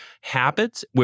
habits